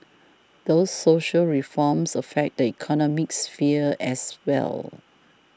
these social reforms affect the economic sphere as well